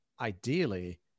ideally